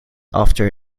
after